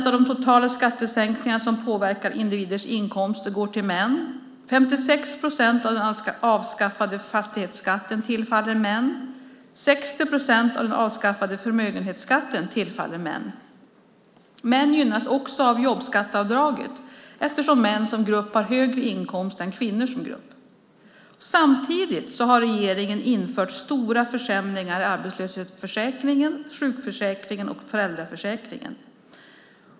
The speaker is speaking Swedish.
Av de totala skattesänkningar som påverkar individers inkomst går 57 procent till män. Av den avskaffade fastighetsskatten tillfaller 56 procent män, och av den avskaffade förmögenhetsskatten tillfaller 60 procent män. Män gynnas också av jobbskatteavdraget eftersom män som grupp har högre inkomst än kvinnor som grupp. Samtidigt har regeringen infört stora försämringar i arbetslöshetsförsäkringen, sjukförsäkringen och föräldraförsäkringen.